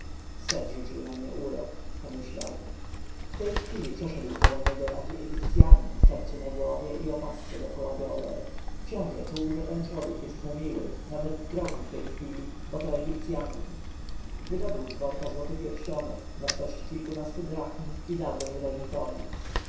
rzucił na mnie urok pomyślał w tej chwili przeszedł koło niego nagi egipcjanin w czepcu na głowie i opasce dokoła bioder książę czuł że ten człowiek jest mu miły nawet drogi w tej chwili bo to egipcjanin wydobył z worka złoty pierścionek wartości kilkunastu drachm i dał